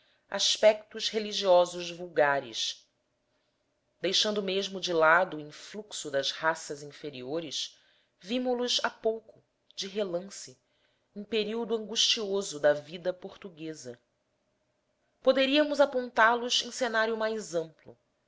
aspectos religiosos vulgares deixando mesmo de lado o influxo das raças inferiores vimo los há pouco de relance em período angustioso da vida portuguesa poderíamos apontá los em cenário mais amplo